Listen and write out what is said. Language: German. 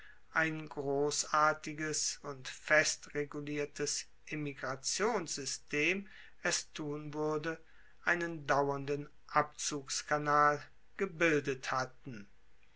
ein grossartiges und fest reguliertes emigrationssystem es tun wuerde einen dauernden abzugskanal gebildet hatten